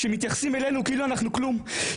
הם מתייחסים אלינו כאילו אנחנו כלום,